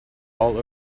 all